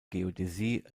geodäsie